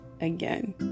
again